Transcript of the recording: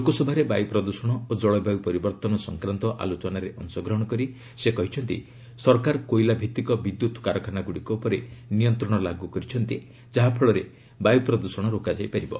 ଲୋକସଭାରେ ବାୟୁ ପ୍ରଦୃଷଣ ଓ ଜଳବାୟୁ ପରିବର୍ଭନ ସଂକ୍ରାନ୍ତ ଆଲୋଚନାରେ ଅଂଶଗ୍ରହଣ କରି ସେ କହିଛନ୍ତି ସରକାର କୋଇଲା ଭିତ୍ତିକ ବିଦ୍ୟୁତ୍ କାରଖାନାଗୁଡ଼ିକ ଉପରେ ନିୟନ୍ତ୍ରଣ ଲାଗୁ କରିଛନ୍ତି ଯାହାଫଳରେ ବାୟୁ ପ୍ରଦୃଷଣ ରୋକାଯାଇ ପାରିବ